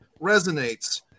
resonates